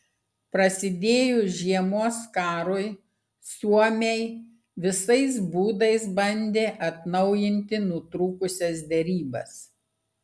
prasidėjus žiemos karui suomiai visais būdais bandė atnaujinti nutrūkusias derybas